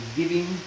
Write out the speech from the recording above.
giving